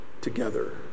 together